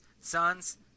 sons